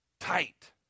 tight